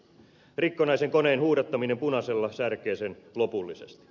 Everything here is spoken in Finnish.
rikkonaisen koneen huudattaminen punaisella särkee sen lopullisesti